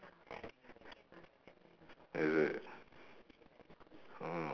is it orh